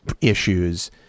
issues